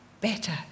better